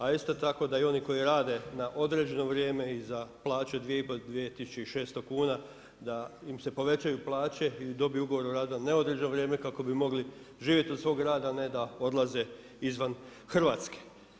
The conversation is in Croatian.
A isto tako da oni koji rade na određeno vrijeme i za plaću 2500-2600 kuna, da im se povećaju plaće i da dobiju ugovor o radu na neodređeno vrijeme, kako bi mogli živjeti od svog rada, a ne da odlaze izvan Hrvatske.